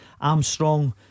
Armstrong